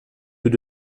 peut